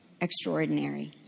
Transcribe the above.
extraordinary